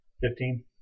Fifteen